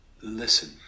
Listen